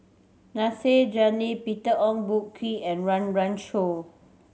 Nasir Peter Ong Boon Kwee and Run Run Shaw